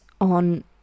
on